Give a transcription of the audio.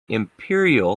imperial